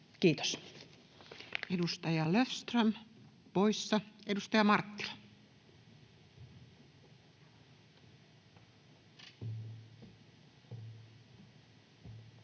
Content: Edustaja Löfström, poissa. — Edustaja Marttila.